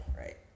Right